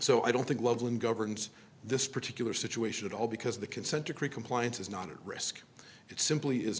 so i don't think loveland governs this particular situation at all because the consent decree compliance is not at risk it simply is